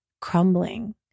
crumbling